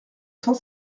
cent